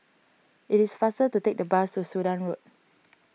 it is faster to take the bus to Sudan Road